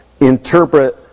interpret